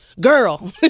girl